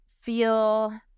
feel